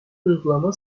uygulama